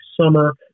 summer